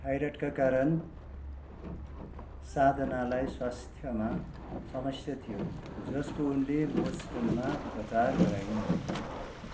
थायराइडका कारण साधनालाई स्वास्थ्यमा समस्या थियो जसको उनले बोस्टनमा उपचार गराइन्